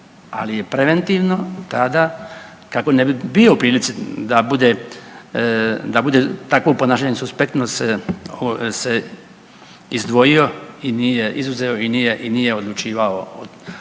Ali je preventivno tada kako ne bi bio u prilici da bude, da bude takvo ponašanje suspektno s, se izdvojio, izuzeo i nije odlučivao